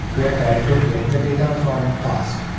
we're trying to get the data from past,